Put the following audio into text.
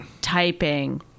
typing